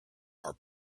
are